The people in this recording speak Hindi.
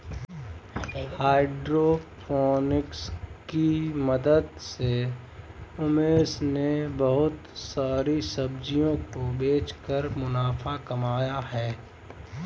हाइड्रोपोनिक्स की मदद से उमेश ने बहुत सारी सब्जियों को बेचकर मुनाफा कमाया है